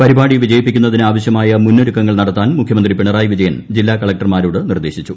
പരിപാടി വിജയിപ്പിക്കുന്നതിന് ആവശ്യമായ മുന്നൊരുക്കങ്ങൾ നടത്താൻ മുഖൃമന്ത്രിട് പിണറായി വിജയൻ ജില്ലാ കലക്ടർമാരോട് നിർദ്ദേശിച്ചു